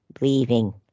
leaving